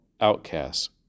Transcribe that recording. outcasts